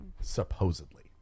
Supposedly